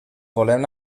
volem